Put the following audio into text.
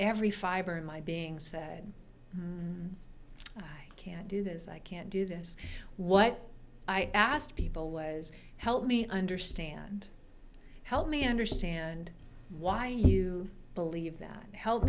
every fiber of my being said i can't do this i can't do this what i asked people was help me understand help me understand why you believe that help